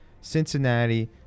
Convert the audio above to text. Cincinnati